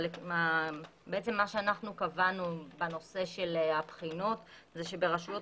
אבל אנחנו קבענו בנושא של הבחינות שברשויות